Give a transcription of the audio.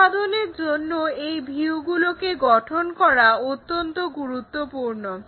উৎপাদনের জন্য এই ভিউগুলোকে গঠন করা অত্যন্ত গুরুত্বপূর্ণ